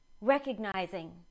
recognizing